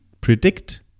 predict